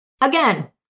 Again